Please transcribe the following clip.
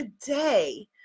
today